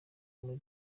muri